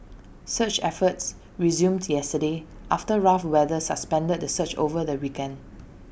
search efforts resumed yesterday after rough weather suspended the search over the weekend